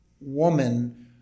woman